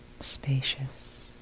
Spacious